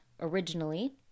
originally